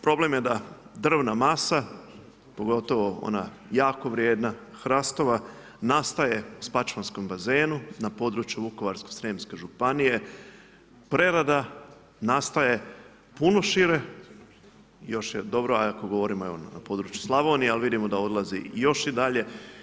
Problem je da drvna masa, pogotovo ona jako vrijedna, hrastova, nastaje u spačvanskom bazenu na području vukovarsko-srijemske županije prerada nastaje puno šire, još je dobro ako govorimo evo na području Slavonije, ali vidimo da odlaze još i dalje.